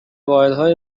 واحدهای